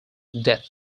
death